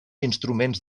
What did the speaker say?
instruments